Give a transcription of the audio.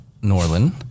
Norlin